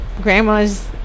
grandma's